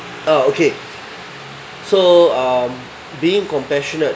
oh okay so um being compassionate